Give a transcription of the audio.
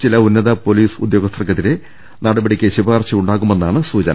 ചില ഉന്നത പൊലീസ് ഉദ്യോഗസ്ഥർക്കെ തിരെ നടപടിയുണ്ടാകുമെന്നാണ് സൂചന